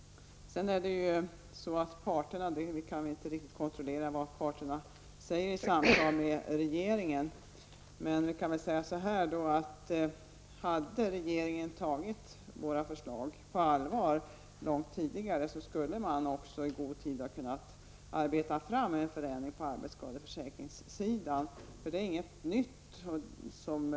Vi kan inte riktigt kontrollera vad parterna säger i samtal med regeringen. Men om regeringen hade tagit våra förslag på allvar långt tidigare, skulle man också i god tid ha kunnat arbeta fram en förändring av arbetsskadeförsäkringen. Det handlar inte om något nytt krav från vår sida.